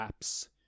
apps